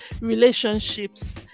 relationships